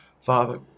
Father